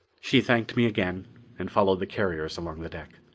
she thanked me again and followed the carriers along the deck.